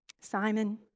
Simon